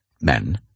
Men